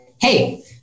hey